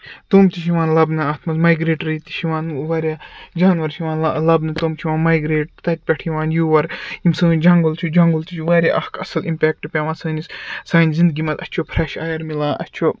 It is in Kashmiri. تِم تہِ چھِ یِوان لَبنہٕ اَتھ منٛز مایگریٹری تہِ چھِ یِوان واریاہ جاناوار چھِ یِوان لَبنہٕ تِم چھِ یِوان مایگریٹ تَتہِ پٮ۪ٹھ یِوان یور یِم سٲنۍ جنگُل چھِ جنگُل تہِ چھُ واریاہ اکھ اَصٕل اِمپٮ۪کٹ پٮ۪وان سٲنِس سانہِ زِندگی منٛز اَسہِ چھُ فرٮ۪ش اَیر مِلان اَسہِ چھُ